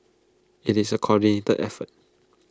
IT is A coordinated effort